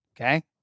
Okay